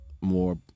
more